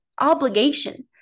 obligation